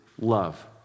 love